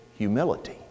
humility